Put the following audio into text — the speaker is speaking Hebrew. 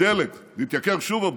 בדלק, שהתייקר שוב הבוקר,